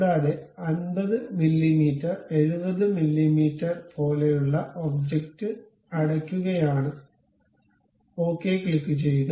കൂടാതെ 50 millimetre 70 millimetre പോലെയുള്ള object അടയ്ക്കുകയാണങ്കിൽ ഓക്കേ ക്ലിക്കുചെയ്യുക